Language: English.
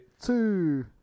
Two